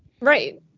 Right